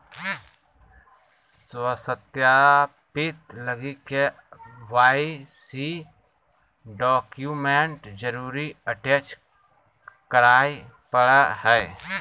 स्व सत्यापित लगी के.वाई.सी डॉक्यूमेंट जरुर अटेच कराय परा हइ